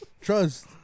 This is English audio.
Trust